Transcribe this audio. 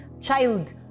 child